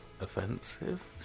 offensive